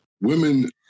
women